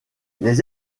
les